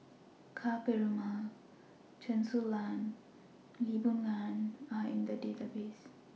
Ka Perumal Chen Su Lan and Lee Boon Ngan Are in The Database